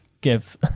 give